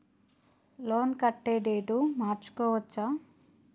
Loan కట్టే date మార్చుకోవచ్చా?